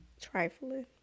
Trifling